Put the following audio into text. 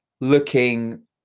looking